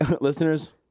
listeners